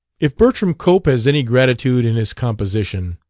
if bertram cope has any gratitude in his composition.